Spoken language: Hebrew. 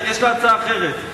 יש לה הצעה אחרת.